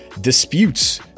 disputes